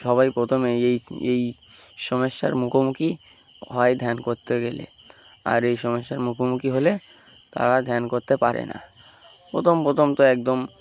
সবাই প্রথমে এই এই সমস্যার মুখোমুখি হয় ধ্যান করতে গেলে আর এই সমস্যার মুখোমুখি হলে তারা ধ্যান করতে পারে না প্রথম প্রথম তো একদম